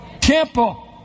temple